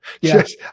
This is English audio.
yes